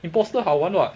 imposter 好玩 [what]